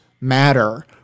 matter